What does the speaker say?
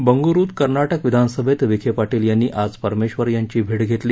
बंगळुरुत कर्नाटक विधानसभेत विखे पाटील यांनी आज परमेक्षर यांची भेट घेतली